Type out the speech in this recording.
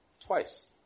Twice